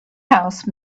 house